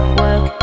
work